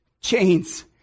Chains